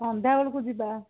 ସନ୍ଧ୍ୟାବେଳକୁ ଯିବା